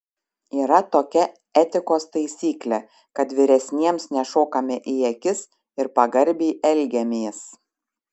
yra tokia etikos taisyklė kad vyresniems nešokame į akis ir pagarbiai elgiamės